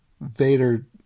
vader